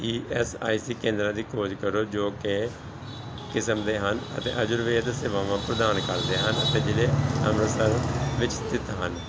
E S I C ਕੇਂਦਰਾਂ ਦੀ ਖੋਜ ਕਰੋ ਜੋ ਕਿ ਕਿਸਮ ਦੇ ਹਨ ਅਤੇ ਆਯੁਰਵੇਦ ਸੇਵਾਵਾਂ ਪ੍ਰਦਾਨ ਕਰਦੇ ਹਨ ਅਤੇ ਜ਼ਿਲ੍ਹੇ ਅੰਮ੍ਰਿਤਸਰ ਵਿੱਚ ਸਥਿਤ ਹਨ